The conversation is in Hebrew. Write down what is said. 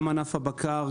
גם ענף הבקר,